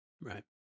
Right